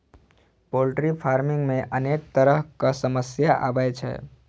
poultry farming मे अनेक तरहक समस्या आबै छै